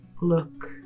look